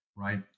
right